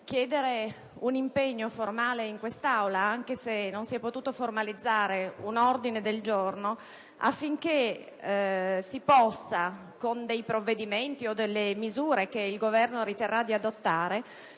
chiedere un impegno formale in quest'Aula, anche se non si è potuto formalizzare un ordine del giorno, affinché si possa, con provvedimenti o con misure che il Governo riterrà di adottare,